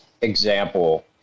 example